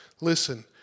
Listen